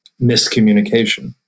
miscommunication